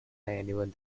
anyone